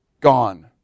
gone